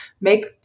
make